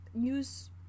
Use